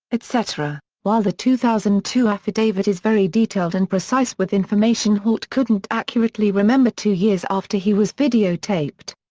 etc, while the two thousand and two affidavit is very detailed and precise with information haut couldn't accurately remember two years after he was video taped.